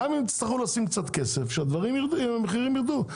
גם אם תצטרכו לשים קצת כסף שהמחירים ירדו.